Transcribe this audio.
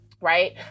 Right